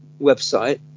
website